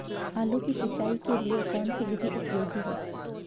आलू की सिंचाई के लिए कौन सी विधि उपयोगी है?